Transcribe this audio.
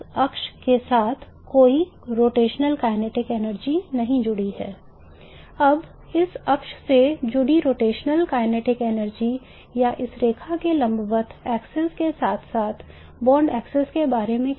अब इस अक्ष से जुड़ी रोटेशनल गतिज ऊर्जा या इस रेखा के लंबवत अक्ष के साथ साथ बॉन्ड अक्ष के बारे में क्या